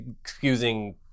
excusing